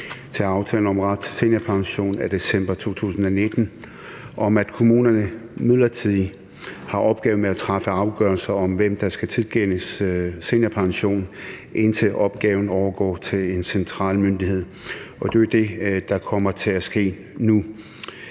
til aftalen om ret til seniorpension af december 2019 om, at kommunerne midlertidigt har opgaven med at træffe afgørelser om, hvem der skal tilkendes seniorpension, indtil opgaven overgår til en central myndighed, og det er jo det, der kommer til at ske nu.